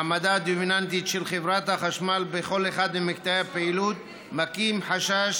מעמדה הדומיננטי של חברת החשמל בכל אחד ממקטעי הפעילות מקים חשש